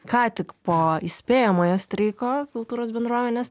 ką tik po įspėjamojo streiko kultūros bendruomenės